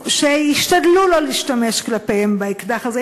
שישתדלו לא להשתמש כלפיהם באקדח הזה.